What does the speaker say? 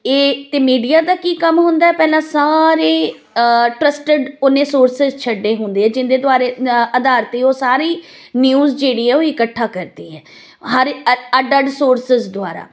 ਇਹ ਅਤੇ ਮੀਡੀਆ ਦਾ ਕੀ ਕੰਮ ਹੁੰਦਾ ਪਹਿਲਾਂ ਸਾਰੇ ਟਰਸਟਿਡ ਉਹਨੇ ਸੋਰਸਿਸ ਛੱਡੇ ਹੁੰਦੇ ਹੈ ਜਿਹਦੇ ਦੁਆਰਾ ਆਧਾਰ 'ਤੇ ਉਹ ਸਾਰੀ ਨਿਊਜ਼ ਜਿਹੜੀ ਹੈ ਉਹ ਇਕੱਠਾ ਕਰਦੀ ਹੈ ਹਰ ਅੱਡ ਅੱਡ ਸੋਰਸਿਸ ਦੁਆਰਾ